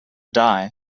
die